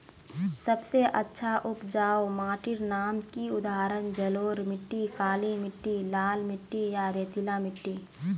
सबसे अच्छा उपजाऊ माटिर नाम की उदाहरण जलोढ़ मिट्टी, काली मिटटी, लाल मिटटी या रेतीला मिट्टी?